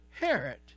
Herod